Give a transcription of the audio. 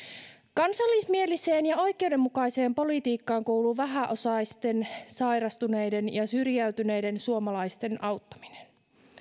kansallismieliseen ja oikeudenmukaiseen politiikkaan kuuluu vähäosaisten sairastuneiden ja syrjäytyneiden suomalaisten auttaminen